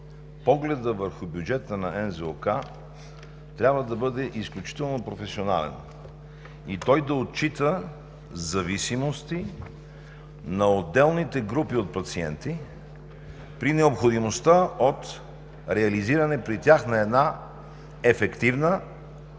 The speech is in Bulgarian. погледът върху бюджета на НЗОК трябва да бъде изключително професионален и той да отчита зависимости на отделните групи от пациенти при необходимостта от реализиране при тях на една ефективна,